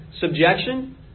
subjection